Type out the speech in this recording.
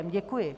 Děkuji.